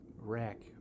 rack